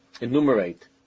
enumerate